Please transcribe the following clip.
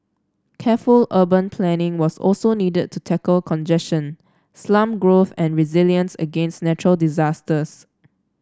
careful urban planning was also needed to tackle congestion slum growth and resilience against natural disasters